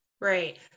Right